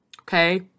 Okay